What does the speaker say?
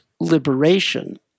liberation